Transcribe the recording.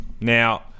Now